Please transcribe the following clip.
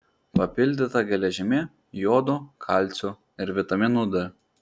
papildyta geležimi jodu kalciu ir vitaminu d